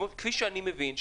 כפי שאני מבין,